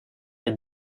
they